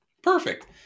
perfect